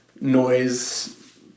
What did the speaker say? noise